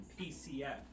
PCF